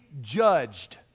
judged